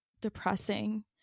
depressing